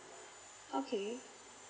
okay